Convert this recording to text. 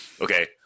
Okay